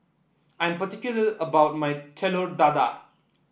I am particular about my Telur Dadah